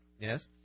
Yes